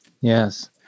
Yes